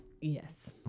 Yes